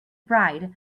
bride